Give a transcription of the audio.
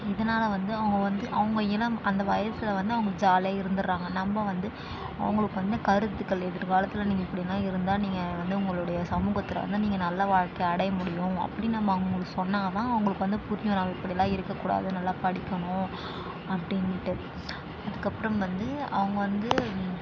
இதனால வந்து அவங்க வந்து அவங்க இளம் அந்த வயசில் வந்து அவங்க ஜாலியாக இருந்துவிட்றாங்க நம்ம வந்து அவர்களுக்கு வந்து கருத்துக்கள் எதிர்காலத்தில் நீங்கள் இப்படிலாம் இருந்தால் நீங்கள் வந்து உங்களுடைய சமூகத்தில் வந்து நீங்கள் நல்ல வாழ்க்கையை அடையமுடியும் அப்படின்னு நம்ம அவர்களுக்கு சொன்னால் தான் அவர்களுக்கு வந்து புரியும் நம்ம இப்படிலாம் இருக்கக்கூடாது நல்லா படிக்கணும் அப்படின்ட்டு அதுக்கப்புறம் வந்து அவங்க வந்து